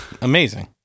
amazing